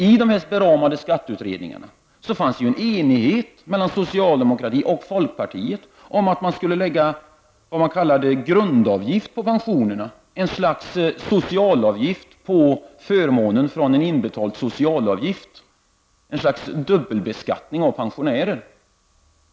I de beramade skatteutredningarna fanns en enighet mellan socialdemokraterna och folkpartiet om att man skulle lägga en s.k. grundavgift på pensionerna, en socialavgift på förmånen av en utbetald socialavgift, dvs. en slags dubbelbeskattning av pensionärer.